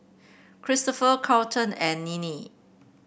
Cristofer Carleton and Ninnie